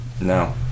No